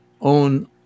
own